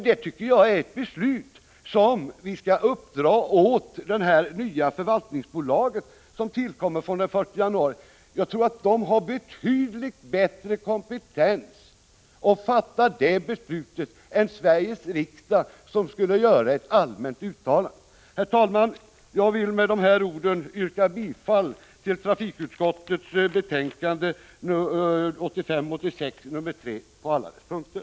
Det är ett beslut som vi skall uppdra åt det nya förvaltningsbolaget som tillkommer den 1 januari att fatta. Det har betydligt bättre kompetens att fatta detta beslut än Sveriges riksdag, som bara skulle kunna göra ett allmänt uttalande. Herr talman! Jag vill med dessa ord yrka bifall till hemställan i trafikutskottets betänkande 1985/86:3 på alla punkter.